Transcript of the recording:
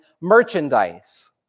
merchandise